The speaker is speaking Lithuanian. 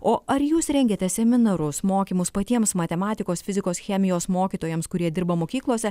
o ar jūs rengiate seminarus mokymus patiems matematikos fizikos chemijos mokytojams kurie dirba mokyklose